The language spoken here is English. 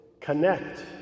connect